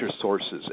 sources